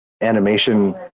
animation